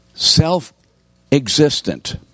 Self-existent